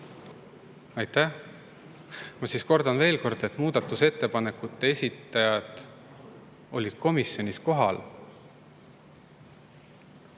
Aitäh! Ma siis kordan veel kord, et muudatusettepanekute esitajate [esindajad] olid komisjonis kohal.